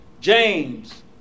James